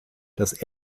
das